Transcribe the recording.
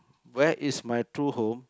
where is my two home